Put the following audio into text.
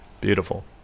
Beautiful